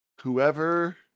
whoever